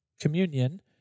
communion